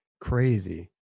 crazy